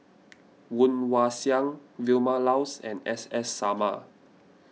Woon Wah Siang Vilma Laus and S S Sarma